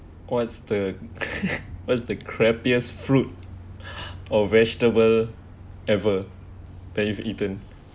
what's the what's the crappiest fruit or vegetable ever that you have eaten